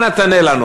אנא תענה לנו.